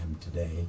today